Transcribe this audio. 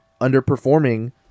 underperforming